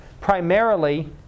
primarily